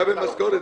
מקבל משכורת,